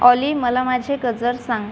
ऑली मला माझे गजर सांग